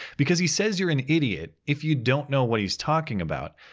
because he says you're an idiot, if you don't know what he's talking about,